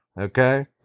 okay